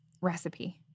recipe